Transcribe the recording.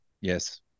Yes